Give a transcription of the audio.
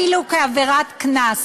אפילו כעבירת קנס,